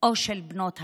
או של בעלות הברית,